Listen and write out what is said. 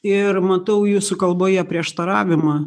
ir matau jūsų kalboje prieštaravimą